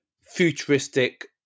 futuristic